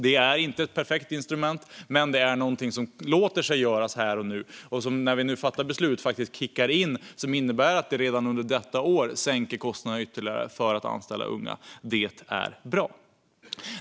Det är inte ett perfekt instrument, men det är något som låter sig göras här och nu och som, när vi nu fattar beslut, faktiskt kickar in så att kostnaderna för att anställa unga sänks ytterligare redan under detta år. Det är bra.